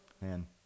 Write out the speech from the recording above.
Man